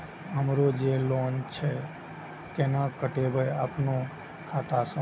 हमरो जे लोन छे केना कटेबे अपनो खाता से?